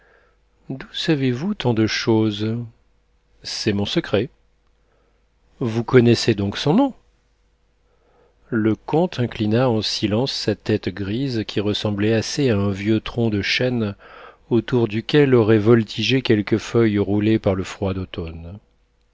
d'où savez-vous tant de choses c'est mon secret vous connaissez donc son nom le comte inclina en silence sa tête grise qui ressemblait assez à un vieux tronc de chêne autour duquel auraient voltigé quelques feuilles roulées par le froid d'automne